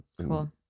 Cool